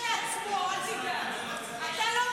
הוא עוזר רק לעצמו, אל תדאג.